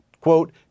quote